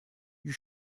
you